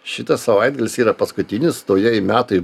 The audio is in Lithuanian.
šitas savaitgalis yra paskutinis naujieji metai